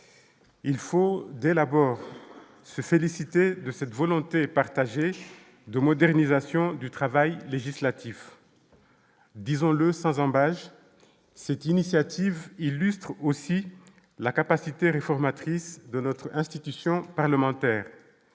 il faut des élaborer se féliciter de cette volonté partagée de modernisation du travail législatif, disons-le sans ambages, cette initiative illustre aussi la capacité réformatrice de notre institution parlementaire,